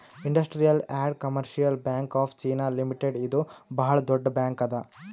industrial and commercial bank of China limited ಇದು ಭಾಳ್ ದೊಡ್ಡ ಬ್ಯಾಂಕ್ ಅದಾ